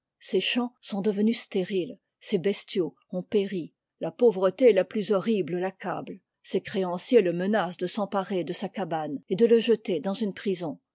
ses champs sont devenus stériles ses bestiaux ont péri la pauvreté la plus horrible t'aeeabte ses créanciers le menacent de s'emparer de sa cabane et de le jeter dans une prison